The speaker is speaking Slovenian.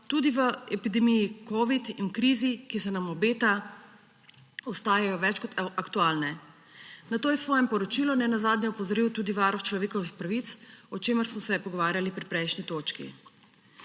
tudi v epidemiji covid in v krizi, ki se nam obeta, ostajajo več kot aktualne. Na to je v svojem poročilu nenazadnje opozoril tudi Varuh človekovih pravic, o čemer smo se pogovarjali pri prejšnji točki.